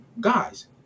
guys